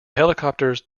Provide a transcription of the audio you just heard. helicopters